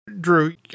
Drew